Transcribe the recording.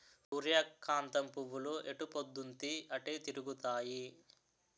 సూర్యకాంతం పువ్వులు ఎటుపోద్దున్తీ అటే తిరుగుతాయి